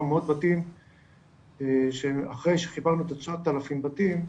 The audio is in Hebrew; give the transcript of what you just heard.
מאות בתים שאחרי שחיברנו את ה- 9,000 בתים,